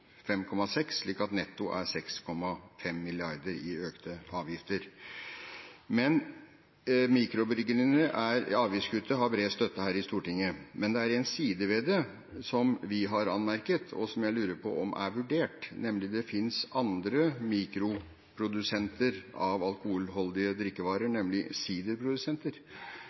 5,6 mrd. kr, slik at det netto er 6,5 mrd. kr i økte avgifter. Avgiftskuttet for mikrobryggeriene har bred støtte her i Stortinget, men det er en side ved det som vi har anmerket, og som jeg lurer på om er vurdert, nemlig: Det finnes andre mikroprodusenter av alkoholholdige drikkevarer, nemlig siderprodusenter.